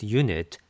unit